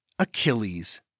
Achilles